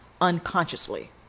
unconsciously